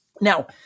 Now